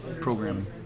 programming